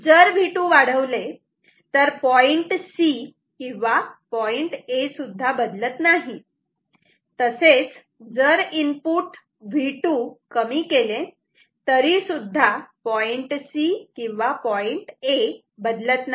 जर V2 वाढवले तर पॉईंट C किंवा पॉईंट A सुद्धा बदलत नाही तसेच जर इनपुट V2 कमी केले तरीसुद्धा पॉईंट C किंवा पॉईंट A बदलत नाही